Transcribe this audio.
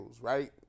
Right